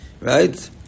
right